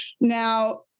Now